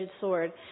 sword